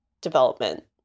development